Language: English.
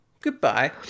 Goodbye